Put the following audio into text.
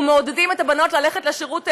ומעודדים את הבנות ללכת לשירות לאומי,